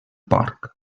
porc